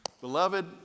beloved